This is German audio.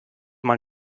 man